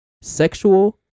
sexual